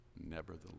Nevertheless